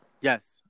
Yes